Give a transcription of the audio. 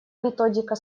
методика